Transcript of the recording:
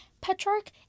Petrarch